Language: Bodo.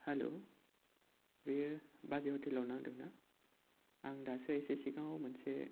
हेल्लो बेयो बाजै हटेलाव नांदों ना आं दासो एसे सिगाङाव मोनसे